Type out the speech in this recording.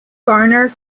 garner